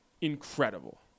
incredible